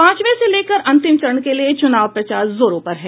पांचवें से लेकर अंतिम चरण के लिए चुनाव प्रचार जोरों पर है